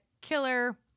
killer